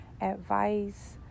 advice